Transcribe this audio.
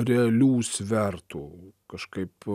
realių svertų kažkaip